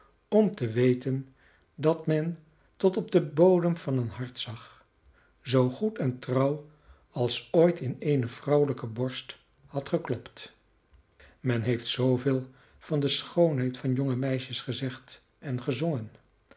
om te weten dat men tot op den bodem van een hart zag zoo goed en trouw als ooit in eene vrouwelijke borst had geklopt men heeft zooveel van de schoonheid van jonge meisjes gezegd en gezongen